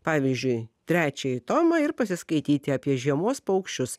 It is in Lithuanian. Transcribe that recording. pavyzdžiui trečiąjį tomą ir pasiskaityti apie žiemos paukščius